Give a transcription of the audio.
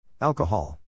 Alcohol